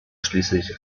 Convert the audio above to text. schließlich